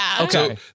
okay